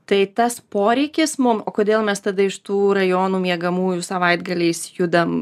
tai tas poreikis mum o kodėl mes tada iš tų rajonų miegamųjų savaitgaliais judam